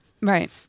Right